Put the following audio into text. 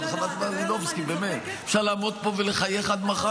חברת הכנסת מלינובסקי, באמת.